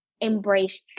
embrace